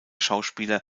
schauspieler